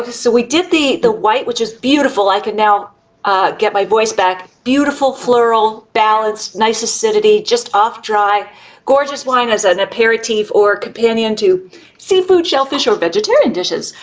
so we did the the white which is beautiful. i could now get my voice back. beautiful, floral, balanced, nice acidity, just off dry gorgeous wine as an aperitif or companion to seafood, shellfish or vegetarian dishes.